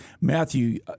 Matthew